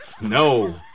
No